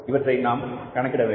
இவற்றை நாம் கணக்கிட வேண்டும்